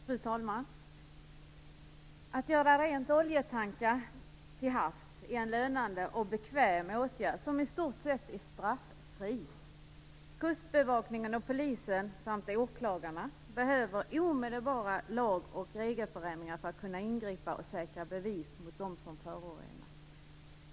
Fru talman! Att göra rent oljetankar till havs är en lönande och bekväm åtgärd som i stort sett är straffri. Vi behöver omedelbara lag och regelförändringar för att kustbevakningen och polisen samt åklagarna skall kunna ingripa och säkra bevis mot dem som förorenar.